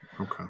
okay